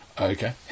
Okay